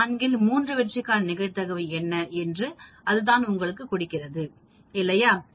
4 இல் 3 வெற்றிக்கான நிகழ்தகவு என்ன என்று அதுதான் உங்களுக்குக் கொடுக்கிறது இல்லையா